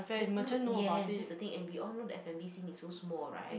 the no yes that's the thing and we all know F&B thing is so small right